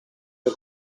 per